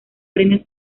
premios